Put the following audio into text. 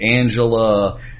Angela